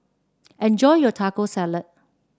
enjoy your Taco Salad